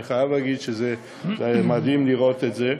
אני חייב לומר שמדהים לראות את זה.